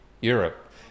Europe